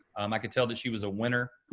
um i could tell that she was a winner.